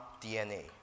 DNA